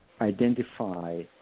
identify